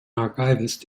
archivist